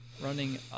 running